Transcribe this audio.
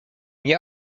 nie